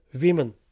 women